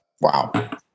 wow